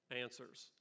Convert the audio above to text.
answers